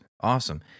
awesome